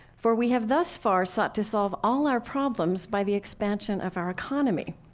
for we have thus far sought to solve all our problems by the expansion of our economy.